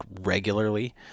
regularly